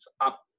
up